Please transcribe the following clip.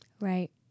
Right